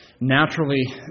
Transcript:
naturally